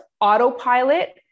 autopilot